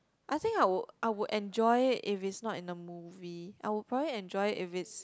I think I would I would enjoy it if it's not in the movie I would probably enjoy if it's